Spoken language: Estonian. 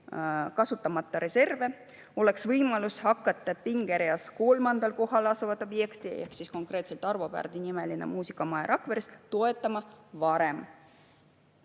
kasutamata reserve, oleks võimalus hakata pingereas kolmandal kohal asuvat objekti ehk Arvo Pärdi nimelist muusikamaja Rakveres toetama varem.